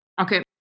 Okay